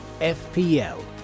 FPL